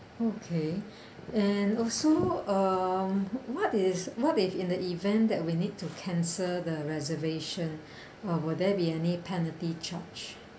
okay and also um what is what if in the event that we need to cancel the reservation uh will there be any penalty charge